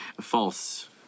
false